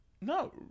No